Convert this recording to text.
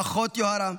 פחות יוהרה,